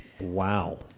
Wow